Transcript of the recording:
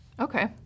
Okay